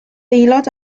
aelod